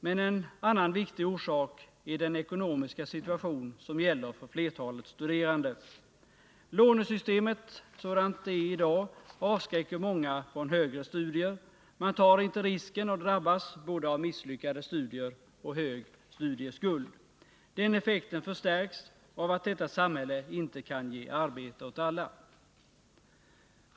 Men en annan viktig orsak är den ekonomiska situation som gäller för flertalet studerande. Lånesystemet sådant det är i dag avskräcker många från högre studier — man tar inte risken att drabbas både av misslyckade studier och av en hög studieskuld. Den effekten förstärks av att detta samhälle inte kan ge arbete åt alla.